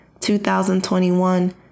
2021